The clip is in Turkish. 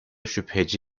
şüpheci